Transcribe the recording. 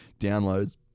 downloads